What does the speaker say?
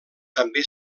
també